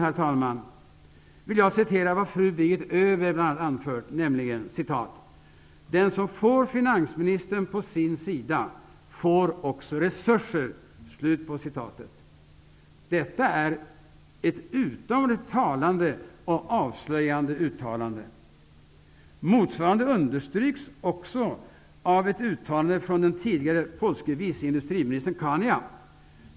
Slutligen vill jag citera vad fru Birgit Öberg har anfört i en skrivelse: ''Den som får finansministern på sin sida får också resurser.'' Detta är ett utomordentligt talande och avslöjande uttalande. Motsvarande understryks också av ett uttalande av den tidigare polske vice industriministern Kania.